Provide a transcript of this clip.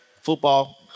Football